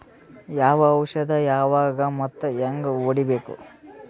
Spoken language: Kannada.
ಯಾವ ಔಷದ ಯಾವಾಗ ಮತ್ ಹ್ಯಾಂಗ್ ಹೊಡಿಬೇಕು?